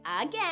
again